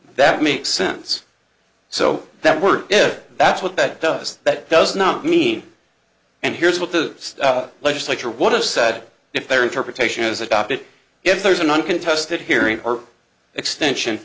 that makes sense so that we're if that's what that does that does not mean and here's what the legislature would have said if their interpretation is adopted if there is an uncontested hearing or extension